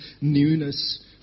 newness